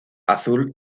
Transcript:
azul